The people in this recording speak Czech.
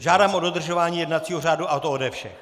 Žádám o dodržování jednacího řádu, a to ode všech.